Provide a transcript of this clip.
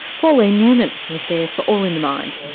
pauline newman was there for all in the mind.